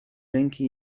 ręki